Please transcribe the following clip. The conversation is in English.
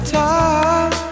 time